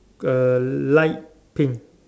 uh light pink